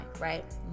Right